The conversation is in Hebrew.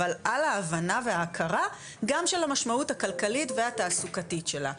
אבל על ההבנה וההכרה גם של המשמעות הכלכלית והתעסוקתית שלה.